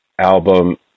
album